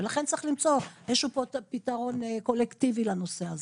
ולכן צריך למצוא איזשהו פתרון קולקטיבי לנושא הזה.